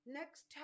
next